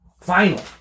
final